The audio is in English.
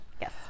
Yes